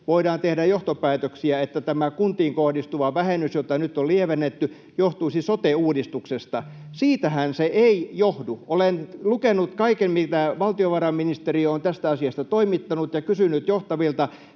voidaan tehdä johtopäätöksiä, että tämä kuntiin kohdistuva vähennys, jota nyt on lievennetty, johtuisi sote-uudistuksesta. Siitähän se ei johdu. Olen lukenut kaiken, mitä valtiovarainministeriö on tästä asiasta toimittanut ja kysynyt johtavilta